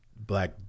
black